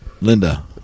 linda